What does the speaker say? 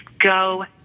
Go